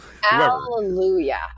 Hallelujah